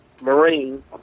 Marine